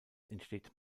entsteht